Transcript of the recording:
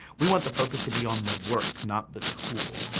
we want the focus to be on the work, not the tool.